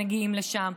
אם מגיעים לשם,